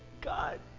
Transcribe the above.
God